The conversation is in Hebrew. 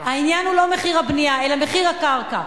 העניין הוא לא מחיר הבנייה אלא מחיר הקרקע.